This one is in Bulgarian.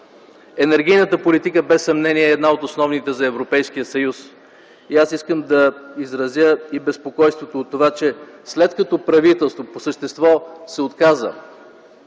Енергийната политика без съмнение е една от основните за Европейския съюз и аз искам да изразя и безпокойството от това, че след като правителството по същество се отказа